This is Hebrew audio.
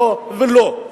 ולא ולא.